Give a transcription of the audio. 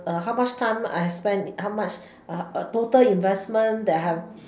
uh how much time I have spend how much total investment that I have